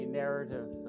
narrative